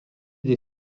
des